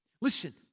Listen